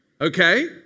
Okay